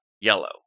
yellow